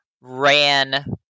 ran